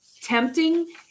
tempting